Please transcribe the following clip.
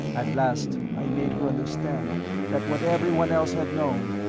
at last i made her understand that what everyone else had known,